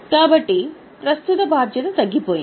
కాబట్టి ప్రస్తుత బాధ్యత తగ్గిపోయింది